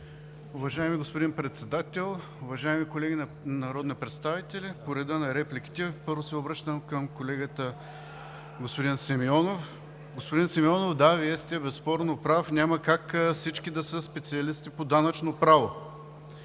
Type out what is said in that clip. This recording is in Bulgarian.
Уважаеми господин Председател, уважаеми колеги народни представители! По реда на репликите. Първо се обръщам към колегата господин Симеонов. Господин Симеонов, да, Вие сте безспорно прав, няма как всички да са специалисти по данъчно право,